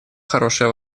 хорошая